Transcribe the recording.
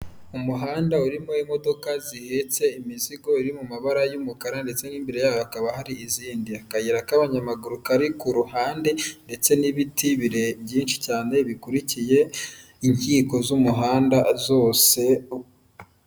Umuhanda urimo imodoka zihetse imizigo iri mu mabara y'umukara ndetse n'imbere yato hakaba hari izindi, akayira k'abanyamaguru kari ku ruhande ndetse n'ibiti byinshi cyane bikurikiye inkiko z'umuhanda zose.